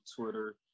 Twitter